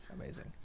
Amazing